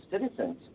citizens